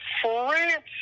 France